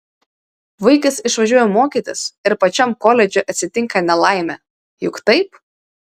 vaikas išvažiuoja mokytis ir pačiam koledže atsitinka nelaimė juk taip